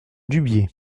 dubié